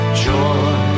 joy